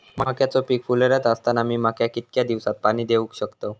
मक्याचो पीक फुलोऱ्यात असताना मी मक्याक कितक्या दिवसात पाणी देऊक शकताव?